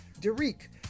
Derek